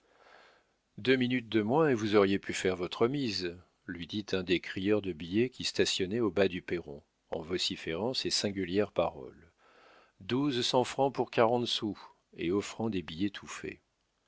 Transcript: deux minutes de moins et vous auriez pu faire votre mise lui dit un des crieurs de billets qui stationnaient au bas du perron en vociférant ces singulières paroles douze cents francs pour quarante sous et offrant des billets